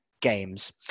games